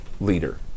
leader